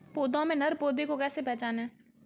पौधों में नर पौधे को कैसे पहचानें?